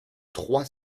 trois